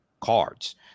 cards